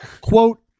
Quote